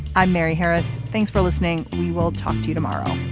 i'm mary harris. thanks for listening. we will talk to you tomorrow